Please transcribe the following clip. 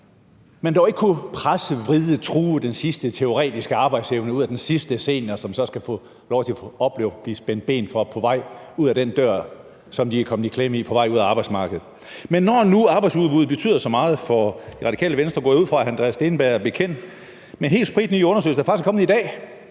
man dog ikke kunne presse, vride, true den sidste teoretiske arbejdsevne ud af den sidste senior, som så skal få lov til at opleve at blive spændt ben for på vej ud ad den dør, som de er kommet i klemme i på vej ud af arbejdsmarkedet. Men når nu arbejdsudbuddet betyder så meget for Det Radikale Venstre, går jeg ud fra, at hr. Andreas Steenberg er bekendt med den helt spritny undersøgelse fra AE-rådet, der faktisk er kommet i dag,